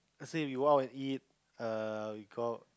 say if you want to eat err we go